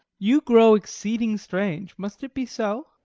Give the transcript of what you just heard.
you grow exceeding strange must it be so?